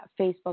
Facebook